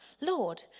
Lord